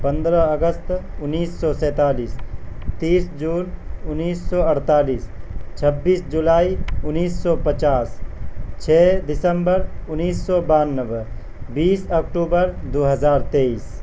پندرہ اگست انیس سو سینتالیس تیس جون انیس سو ارتالیس چھبیس جولائی انیس سو پچاس چھ دسمبر انیس سو بانوے بیس اکتوبر دو ہزار تیئیس